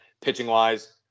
pitching-wise